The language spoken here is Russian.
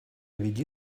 веди